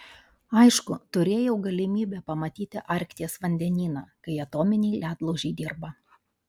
aišku turėjau galimybę pamatyti arkties vandenyną kai atominiai ledlaužiai dirba